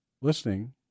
Listening